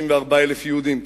54,000 יהודים,